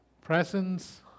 presence